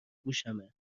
گوشمه